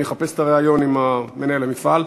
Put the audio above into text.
אני אחפש את הריאיון עם מנהל המפעל.